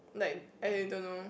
like I don't know